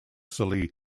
scilly